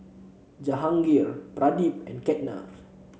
Jahangir Pradip and Ketna